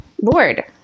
Lord